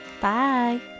bye